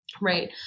right